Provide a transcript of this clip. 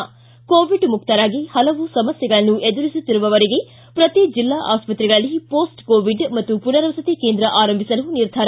ಿ ಕೋವಿಡ್ ಮುಕ್ತರಾಗಿ ಹಲವು ಸಮಸ್ಥೆಗಳನ್ನು ಎದುರಿಸುತ್ತಿರುವವರಿಗೆ ಪ್ರತಿ ಜಿಲ್ಲಾ ಆಸ್ಪತ್ರೆಗಳಲ್ಲಿ ಪೋಸ್ಟ್ ಕೋವಿಡ್ ಮತ್ತು ಪುನರ್ವಸತಿ ಕೇಂದ್ರ ಆರಂಭಿಸಲು ನಿರ್ಧಾರ